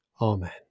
Amen